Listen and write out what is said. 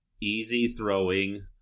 easy-throwing